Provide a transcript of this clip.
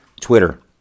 Twitter